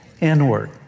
inward